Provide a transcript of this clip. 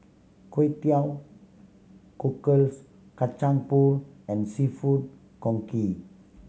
Kway Teow Cockles Kacang Pool and Seafood Congee